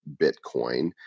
Bitcoin